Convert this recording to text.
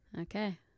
okay